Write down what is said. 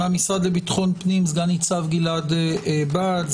מהמשרד לביטחון פנים סנ"צ גלעד בהט,